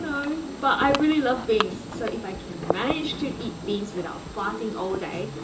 know, but i really love beans, so if i can manage to eat beans without farting all day,